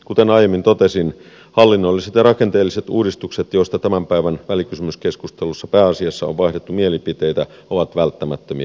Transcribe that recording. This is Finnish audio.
kuten aiemmin totesin hallinnolliset ja rakenteelliset uudistukset joista tämän päivän välikysymyskeskustelussa pääasiassa on vaihdettu mielipiteitä ovat välttämättömiä